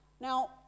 Now